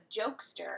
jokester